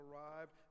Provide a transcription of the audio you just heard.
arrived